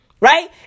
Right